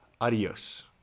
Adios